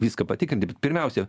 viską patikrinti bet pirmiausia